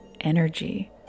energy